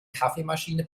kaffeemaschine